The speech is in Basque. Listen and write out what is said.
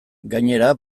gainera